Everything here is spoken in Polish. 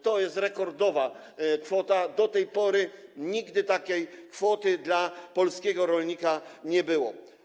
To jest rekordowa kwota, do tej pory nigdy takiej kwoty dla polskiego rolnika nie było.